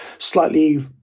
slightly